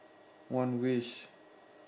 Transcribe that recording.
one wish